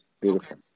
beautiful